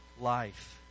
life